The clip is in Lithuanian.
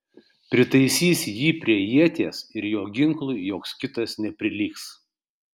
pritaisys jį prie ieties ir jo ginklui joks kitas neprilygs